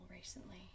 recently